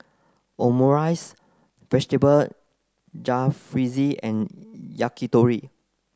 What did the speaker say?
omurice vegetable Jalfrezi and Yakitori